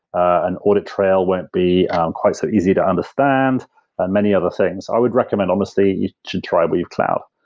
an audit trail won't be quite so easy to understand and many other things. i would recommend honestly to try weave cloud,